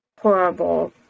horrible